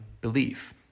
belief